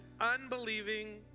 unbelieving